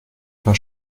paar